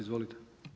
Izvolite.